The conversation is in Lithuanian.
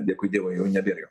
dėkui dievui jau nebėr jo